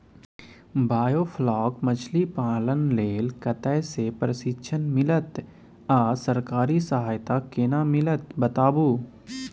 Biofloc मछलीपालन लेल कतय स प्रशिक्षण मिलत आ सरकारी सहायता केना मिलत बताबू?